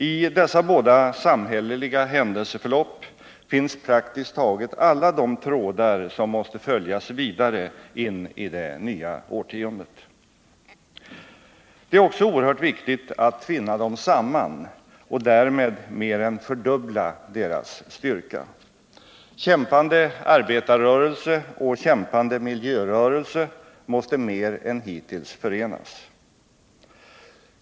I dessa båda samhälleliga händelseförlopp finns praktiskt taget alla de trådar som måste följas vidare in i det nya årtiondet. Det är också oerhört viktigt att tvinna dem samman och därmed mer än fördubbla deras styrka. Kämpande arbetarrörelse och kämpande miljörörelse måste mer än hittills förenas.